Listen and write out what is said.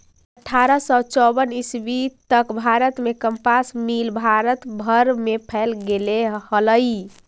अट्ठारह सौ चौवन ईस्वी तक भारत में कपास मिल भारत भर में फैल गेले हलई